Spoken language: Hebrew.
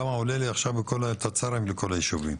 כמה עולה לי עכשיו כל התצ"רים לכל היישובים.